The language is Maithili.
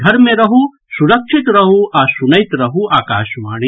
घर मे रहू सुरक्षित रहू आ सुनैत रहू आकाशवाणी